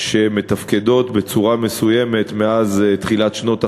שמתפקדות בצורה מסוימת מאז תחילת שנות ה-50,